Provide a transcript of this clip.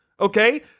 okay